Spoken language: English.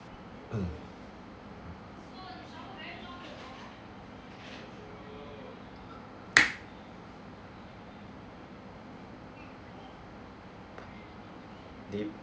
uh they